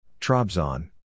Trabzon